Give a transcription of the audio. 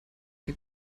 der